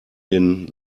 den